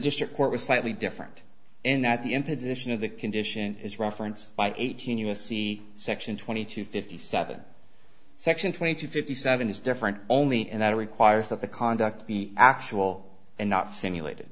district court was slightly different in that the imposition of that condition is referenced by eighteen us c section twenty two fifty seven section twenty two fifty seven is different only and that requires that the conduct be actual and not simulated